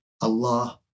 Allah